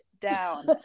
down